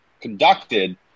conducted